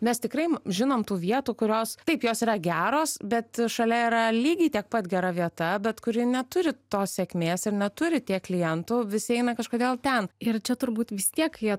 mes tikrai žinom tų vietų kurios taip jos yra geros bet šalia yra lygiai tiek pat gera vieta bet kuri neturi tos sėkmės ir neturi tiek klientų visi eina kažkodėl ten ir čia turbūt vis tiek jie